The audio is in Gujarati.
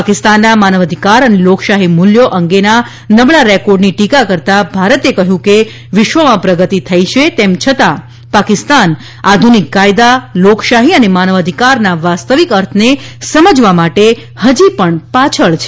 પાકિસ્તાનના માનવાધિકાર અને લોકશાહી મૂલ્યો અંગેના નબળા રેકોર્ડની ટીકા કરતાં ભારતે કહ્યું કે વિશ્વમાં પ્રગતિ થઈ છે તેમ છતાં પાકિસ્તાન આધુનિક કાયદા લોકશાહી અને માનવાધિકારના વાસ્તવિક અર્થને સમજવા માટે હજી પણ પાછળ છે